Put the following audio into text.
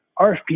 rfp